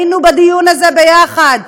היינו בדיון הזה יחד,